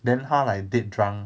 then 她 like dead drunk